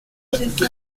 route